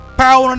power